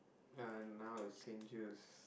ah now is